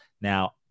Now